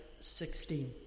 16